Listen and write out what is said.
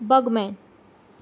Bugman